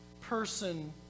person